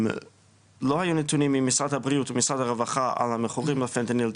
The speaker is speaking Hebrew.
לא היו נתונים ממשרד הבריאות ומשרד הרווחה על המכורים לפנטניל,